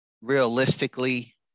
Realistically